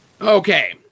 Okay